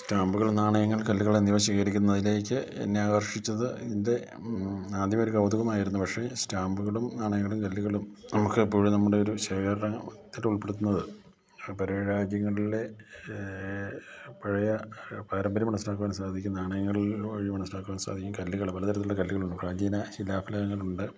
സ്റ്റാമ്പുകളും നാണയങ്ങൾ കല്ലുകൾ എന്നിവ ശേഖരിക്കുന്നതിലേക്ക് എന്നെ ആകർഷിച്ചത് ഇതിൻ്റെ ആദ്യമൊരു കൗതുകമായിരുന്നു പക്ഷേ സ്റ്റാമ്പുകളും നാണയങ്ങളും കല്ലുകളും നമുക്കെപ്പോഴും നമ്മുടെ ഒരു ശേഖരത്തിലുൾപ്പെടുത്തുന്നത് പഴയ രാജ്യങ്ങളിലെ പഴയ പാരമ്പര്യം മനസ്സിലാക്കുവാൻ സാധിക്കുന്നതാണ് നാണയങ്ങളിൽ വഴി മനസ്സിലാക്കുവാൻ സാധിക്കും കല്ലുകൾ പലതരത്തിലുള്ള കല്ലുകളുണ്ട് പ്രാചീന ശിലാഫലകളുണ്ട്